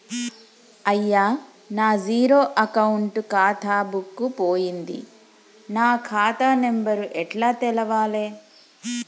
అయ్యా నా zero account ఖాతా బుక్కు పోయింది నా ఖాతా నెంబరు ఎట్ల తెలవాలే?